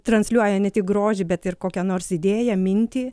transliuoja ne tik grožį bet ir kokią nors idėją mintį